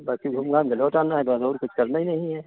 बाकी घूम घाम के लौट आना है बाद कुछ और करना हीं नहीं है